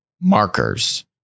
markers